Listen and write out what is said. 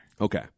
Okay